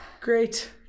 Great